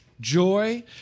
joy